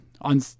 on